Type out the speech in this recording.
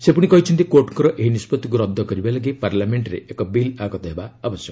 ସେ ପୁଣି କହିଛନ୍ତି କୋର୍ଟଙ୍କର ଏହି ନିଷ୍ପଭିକୁ ରଦ୍ଦ କରିବା ଲାଗି ପାର୍ଲାମେଣ୍ଟରେ ଏକ ବିଲ୍ ଆଗତ ହେବା ଉଚିତ୍